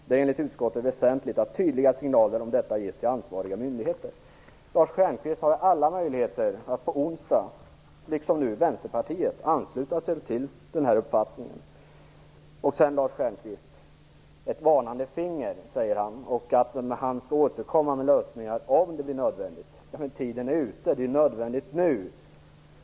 Det är enligt utskottet väsentligt att tydliga signaler om detta ges till ansvariga myndigheter." Lars Stjernkvist har alla möjligheter att på onsdag liksom Vänsterpartiet ansluta sig till denna uppfattning. Lars Stjernkvist vill sätta upp ett varnande finger och säger att man får återkomma med lösningar om det blir nödvändigt. Men tiden är ute. Det är nödvändigt nu.